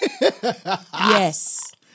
Yes